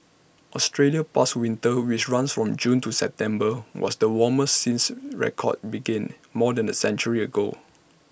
Australia's past winter which runs from June to September was the warmest since records began more than A century ago